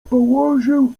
położył